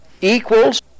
equals